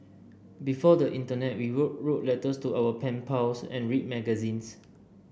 before the internet we wrote wrote letters to our pen pals and read magazines